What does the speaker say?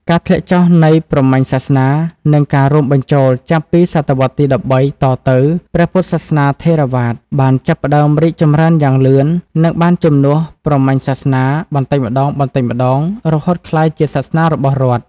ការធ្លាក់ចុះនៃព្រហ្មញសាសនា និងការរួមបញ្ចូលចាប់ពីសតវត្សរ៍ទី ១៣ តទៅ ព្រះពុទ្ធសាសនាថេរវាទ បានចាប់ផ្ដើមរីកចម្រើនយ៉ាងលឿន និងបានជំនួសព្រហ្មញ្ញសាសនាបន្តិចម្ដងៗ រហូតក្លាយជាសាសនារបស់រដ្ឋ។